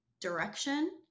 direction